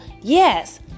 Yes